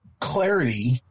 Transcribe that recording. clarity